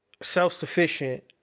self-sufficient